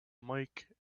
mike